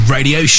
Radio